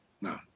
No